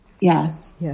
Yes